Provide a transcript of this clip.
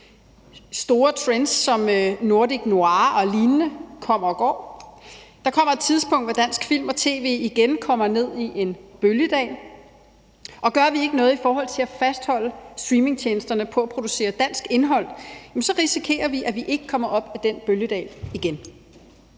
Store trends som nordic noir og lignende kommer og går. Der kommer et tidspunkt, hvor dansk film og tv igen kommer ned i en bølgedal, og gør vi ikke noget i forhold til at fastholde streamingtjenesterne på at producere dansk indhold, risikerer vi, at vi ikke kommer op af den bølgedal igen.